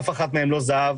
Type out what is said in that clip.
אף אחד מהם לא זהב.